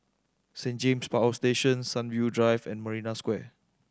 Saint James Power Station Sunview Drive and Marina Square